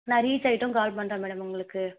நான் ரீச் ஆயிட்டும் கால் பண்ணுறேன் மேடம் உங்களுக்கு